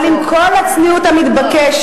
אבל עם כל הצניעות המתבקשת,